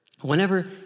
whenever